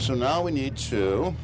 so now we need to